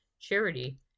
Charity